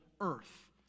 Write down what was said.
earth